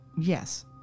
Yes